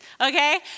Okay